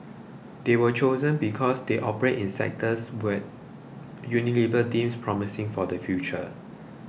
they were chosen because they operate in sectors what Unilever deems promising for the future